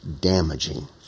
damaging